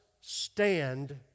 stand